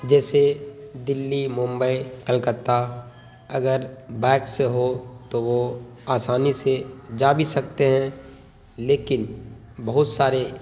جیسے دہلی ممبئی کلکتہ اگر بائک سے ہو تو وہ آسانی سے جا بھی سکتے ہیں لیکن بہت سارے